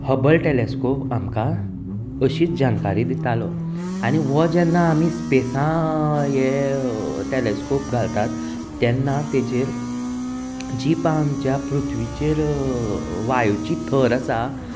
Hubble telescope आमकां अशीच जानकारी दितालो आनी वो जेन्ना आमी स्पेसा ये टेलेस्कोप घालतात तेन्ना तेजेर जी पय आमच्या पृथ्वीचेर वायूची थर आसा